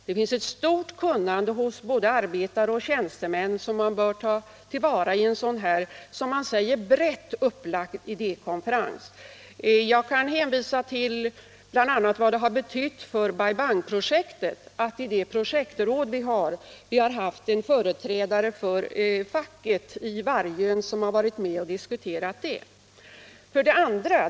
Det finns ett stort kunnande hos både arbetare och tjänstemän som man bör ta till vara i en sådan här, som man säger, brett upplagd idékonferens. Jag kan hänvisa bl.a. till vad det har betytt för Bai Bang-projektet att vi i projektrådet har haft en företrädare för facket i Vargön med i diskussionerna.